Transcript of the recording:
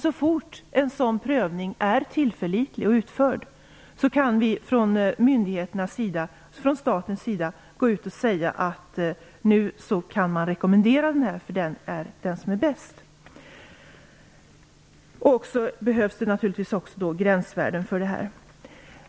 Så fort en sådan prövning är utförd och tillförlitlig kan vi från myndigheterna och staten gå ut och säga: Nu kan vi rekommendera den här metoden, för det är den som är bäst. Dessutom krävs det naturligtvis också att man fastställer gränsvärden.